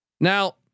Now